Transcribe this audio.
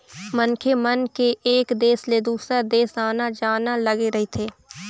मनखे मन के एक देश ले दुसर देश आना जाना लगे रहिथे